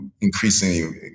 increasingly